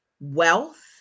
wealth